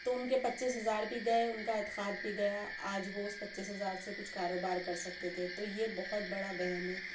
تو ان کے پچیس ہزار بھی گئے ان کا اعتقاد بھی گیا آج وہ اس پچیس ہزار سے کچھ کاروبار کر سکتے تھے تو یہ بہت بڑا وہم ہے